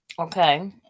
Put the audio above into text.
okay